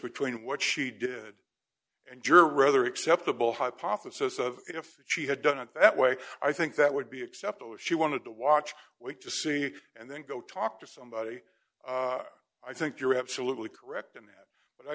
between what she did and your rather acceptable hypothesis of if she had done it that way i think that would be acceptable if she wanted to watch week to see and then go talk to somebody i think you're absolutely correct in that